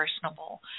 personable